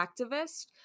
activist